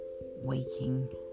waking